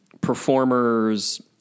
performers